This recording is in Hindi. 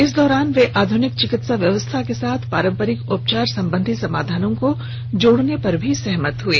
इस दौरान वे आधुनिक चिकित्सा व्यवस्था के साथ पारंपरिक उपचार संबंधी समाधानों को जोड़ने पर भी सहमत हए